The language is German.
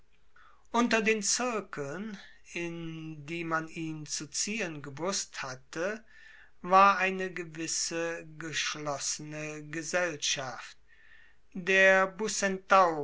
unter den zirkeln in die man ihn zu ziehen gewußt hatte war eine gewisse geschlossene gesellschaft der